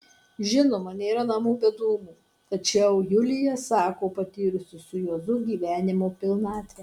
žinoma nėra namų be dūmų tačiau julija sako patyrusi su juozu gyvenimo pilnatvę